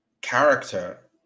character